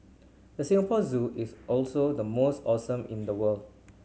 the Singapore Zoo is also the most awesome in the world